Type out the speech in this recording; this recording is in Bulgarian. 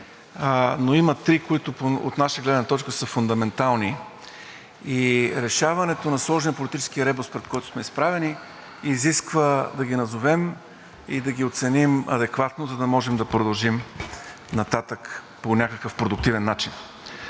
но има три, които от наша гледна точка са фундаментални, и решаването на сложния политически ребус, пред който сме изправени, изисква да ги назовем и да ги оценим адекватно, за да можем да продължим нататък по някакъв продуктивен начин.